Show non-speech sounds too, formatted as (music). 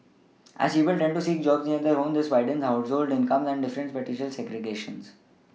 (noise) as people tend to seek jobs near their homes this widens household income differences and spatial segregation